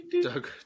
Doug